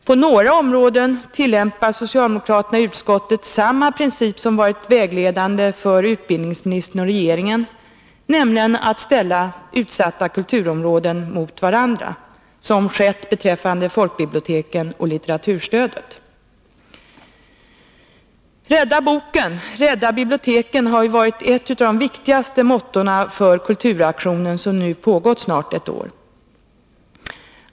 På några områden tillämpar socialdemokraterna i utskottet samma princip som varit vägledande för utbildningsministern och regeringen, nämligen att ställa utsatta kulturområden mot varandra, som skett beträffande folkbiblioteken och litteraturstödet. Rädda boken, rädda biblioteken har varit ett av mottona för kulturaktionen som nu pågått sedan snart ett år.